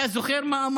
ברוך השם.